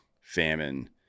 famine